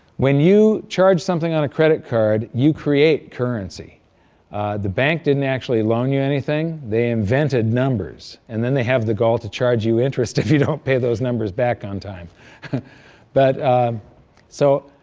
when you charge something on a credit card, you create currency the bank didn't actually loan you anything they invented numbers and then they have the gall to charge you interest if you don't pay those numbers back on time but so,